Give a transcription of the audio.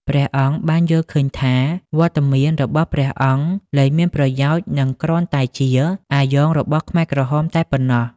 ព្រះអង្គបានយល់ឃើញថា វត្តមានរបស់ព្រះអង្គលែងមានប្រយោជន៍ និងគ្រាន់តែជា «អាយ៉ង» របស់ខ្មែរក្រហមតែប៉ុណ្ណោះ។